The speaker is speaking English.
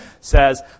says